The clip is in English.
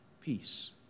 peace